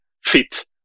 fit